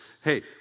Hey